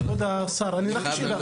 כבוד השר, אפשר?